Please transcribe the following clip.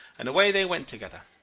and away they went together.